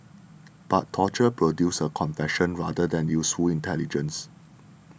but torture produces a confession rather than useful intelligence